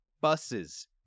buses